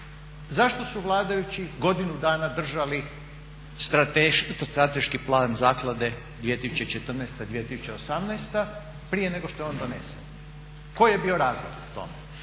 zašto su vladajući godinu dana držali strateški plan zaklade 2014-2018 prije nego što je on donesen. Koji je bio razlog tome?